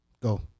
Go